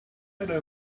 better